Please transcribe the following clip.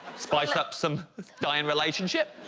spice up some dying relationship